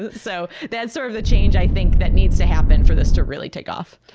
and so that's sort of the change i think that needs to happen for this to really take off.